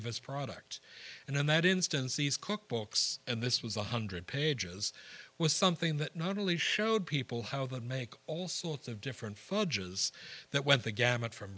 his product and in that instance these cookbooks and this was one hundred pages was something that not only showed people how the make all sorts of different fudge is that when the gamut from